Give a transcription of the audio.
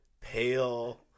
pale